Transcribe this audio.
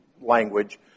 language